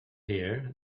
here